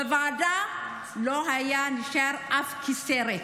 בוועדה לא היה נשאר אף כיסא ריק.